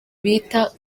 bita